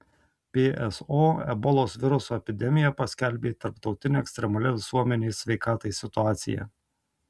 pso ebolos viruso epidemiją paskelbė tarptautine ekstremalia visuomenės sveikatai situacija